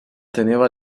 teneva